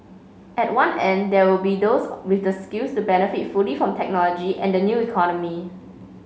at one end there will be those with the skills to benefit fully from technology and the new economy